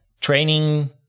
training